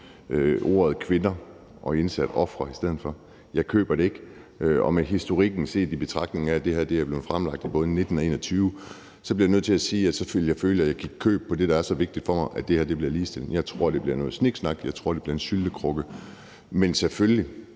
ordet kvinder og indsatte ordet ofre i stedet for. Jeg køber det ikke, og med historikken taget i betragtning, altså at det her er blevet fremlagt i både 2019 og 2021, så bliver jeg nødt til at sige, at jeg ville føle, at jeg gav køb på det, der er så vigtigt for mig, altså at det her bliver ligestilling. Jeg tror, det bliver noget sniksnak, jeg tror, det bliver en syltekrukke. Men I,